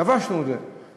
כבשנו את זה,